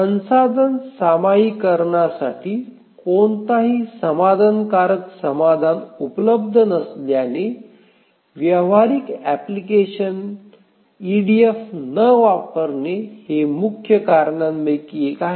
संसाधन सामायिकरणासाठी कोणताही समाधानकारक समाधान उपलब्ध नसल्याने व्यावहारिक अँप्लिकेशन ईडीएफ न वापरणे हे मुख्य कारणांपैकी एक आहे